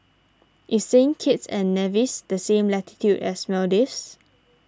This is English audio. is Saint Kitts and Nevis the same latitude as Maldives